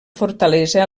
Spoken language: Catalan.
fortalesa